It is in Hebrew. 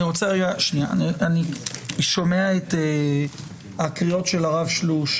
אני שומע את הקריאות של הרב שלוש.